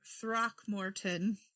Throckmorton